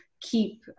keep